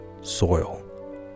soil